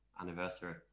anniversary